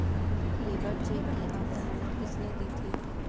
Labour check की अवधारणा किसने दी थी?